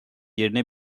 yerine